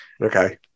Okay